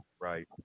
Right